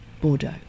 Bordeaux